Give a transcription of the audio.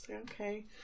okay